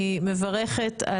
אני מברכת,